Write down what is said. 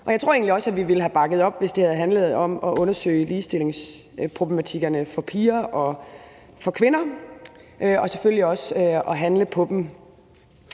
og jeg tror egentlig også, at vi ville have bakket op, hvis det havde handlet om at undersøge ligestillingsproblematikkerne for piger og kvinder, og selvfølgelig også at man skulle